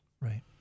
Right